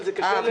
אבל זה קשה לי.